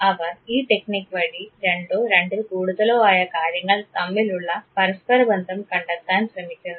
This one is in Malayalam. അവർ ഈ ടെക്നിക് വഴി രണ്ടോ രണ്ടിൽ കൂടുതലോ ആയ കാര്യങ്ങൾ തമ്മിലുള്ള പരസ്പരബന്ധം കണ്ടെത്താൻ ശ്രമിക്കുന്നു